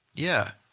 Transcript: yeah.